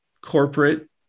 corporate